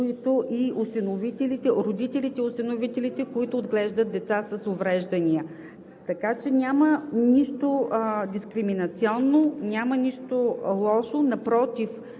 родителите и осиновителите, които отглеждат деца с увреждания. Така че няма нищо дискриминационно, няма нищо лошо. Напротив,